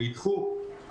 נדחו,